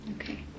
Okay